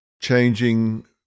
changing